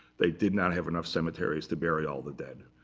they did not have enough cemeteries to bury all the dead.